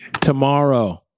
tomorrow